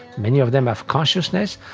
many of them have consciousness.